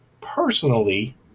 personally